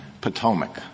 Potomac